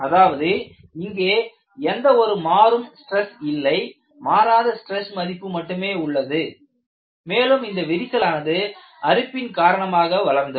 அதாவது இங்கே எந்த ஒரு மாறும் ஸ்ட்ரெஸ் இல்லை மாறாத ஸ்ட்ரெஸ் மதிப்பு மட்டுமே உள்ளது மேலும் இந்த விரிசலானது அரிப்பின் காரணமாக வளர்ந்தது